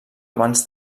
abans